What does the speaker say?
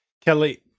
Kelly